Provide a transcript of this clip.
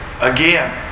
Again